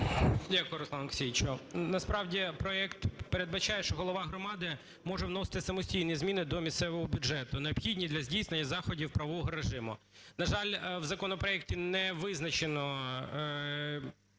Дякую, Руслане Олексійовичу. Насправді проект передбачає, що голова громади може вносити самостійні зміни до місцевого бюджету, необхідні для здійснення заходів правового режиму. На жаль, в законопроекті не визначено,